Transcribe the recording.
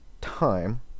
time